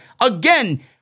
again